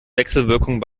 wechselwirkung